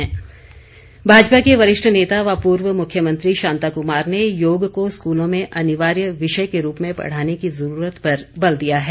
योगासन भाजपा के वरिष्ठ नेता व पूर्व मुख्यमंत्री शांताकुमार ने योग को स्कूलों में अनिवार्य विषय के रूप में पढ़ाने की जरूरत पर बल दिया है